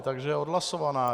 Takže je odhlasovaná.